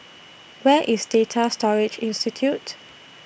Where IS Data Storage Institute